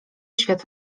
świat